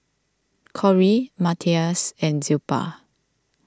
Kory Matias and Zilpah